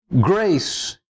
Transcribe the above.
grace